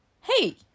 Hey